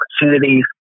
opportunities